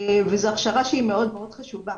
זה הכשרה שהיא מאוד חשובה.